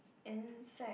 inside